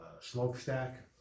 smokestack